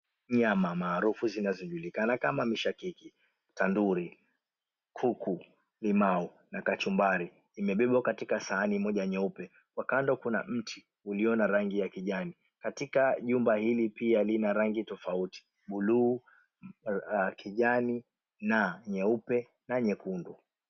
Nyama maarufu zinazojulikana kama mishakiki, tandoori, kuku, limau na kachumbari imebebwa katika sahani moja nyeupe. Kwa kando kuna mti ulio na rangi ya kijani. Katika nyumba hili pia lina rangi tofauti; buluu, kijani na nyeupe na nyekundu.